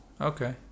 okay